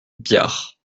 biard